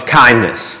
kindness